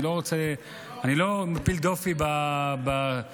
אני לא מטיל דופי בך,